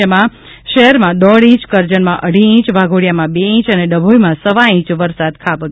જેમાં વડોદરા શહેરમાં દોઢ ઇંચ કરજણમાં અઢી ઇંચ વાઘોડિયામાં બે ઇંચ અને ડભોઇમાં સવા ઇંચ વરસાદ ખાબકચો છે